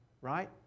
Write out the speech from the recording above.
Right